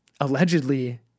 allegedly